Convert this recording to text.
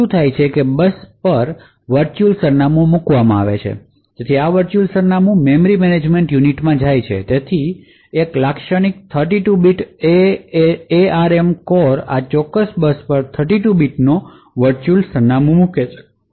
શું થાય છે કે બસ પર વર્ચુઅલ સરનામું મૂકવામાં આવ્યું છે જેથી આ વર્ચુઅલ સરનામું મેમરી મેનેજમેન્ટ યુનિટમાં જાય તેથી એક લાક્ષણિક 32 બીટ એઆરએમ કોર આ ચોક્કસ બસ પર 32 બીટનો વર્ચુઅલ સરનામું મૂકી શકે